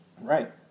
Right